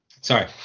Sorry